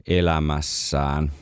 elämässään